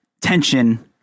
tension